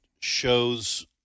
shows